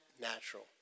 natural